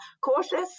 cautious